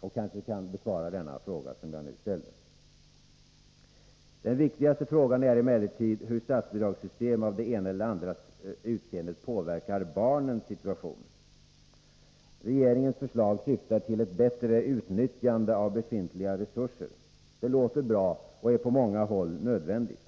Han kanske kan besvara den fråga jag nu ställde. Den viktigaste frågan är emellertid hur statsbidragssystem av det ena eller andra utseendet påverkar barnens situation. Regeringens förslag syftar till ett bättre utnyttjande av befintliga resurser. Det låter bra och är på många håll nödvändigt.